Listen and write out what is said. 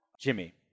Jimmy